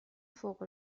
فوق